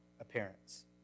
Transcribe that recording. appearance